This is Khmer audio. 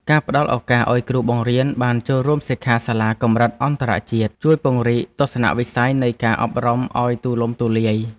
ការផ្តល់ឱកាសឱ្យគ្រូបានចូលរួមសិក្ខាសាលាកម្រិតអន្តរជាតិជួយពង្រីកទស្សនវិស័យនៃការអប់រំឱ្យទូលំទូលាយ។